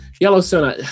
Yellowstone